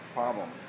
problem